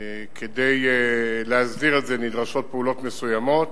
כדי להסדיר את זה נדרשות פעולות מסוימות,